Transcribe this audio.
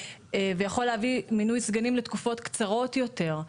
ויכול להביא מינוי סגנים לתקופות קצרת יותר,